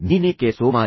ನೀನೇಕೆ ಸೋಮಾರಿ